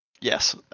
Yes